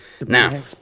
Now